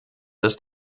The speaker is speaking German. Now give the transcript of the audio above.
das